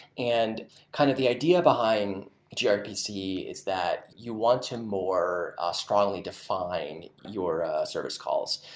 and kind of the idea behind grpc is that you want to more ah strongly define your service calls.